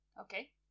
Okay